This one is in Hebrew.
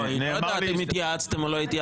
לא, היא לא יודעת אם התייעצתם או לא התייעצתם.